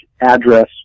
address